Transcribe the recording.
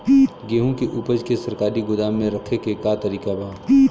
गेहूँ के ऊपज के सरकारी गोदाम मे रखे के का तरीका बा?